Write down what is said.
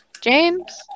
James